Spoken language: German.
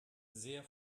sehr